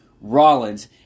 Rollins